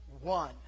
one